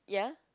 ya